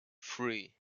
three